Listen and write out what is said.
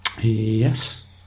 Yes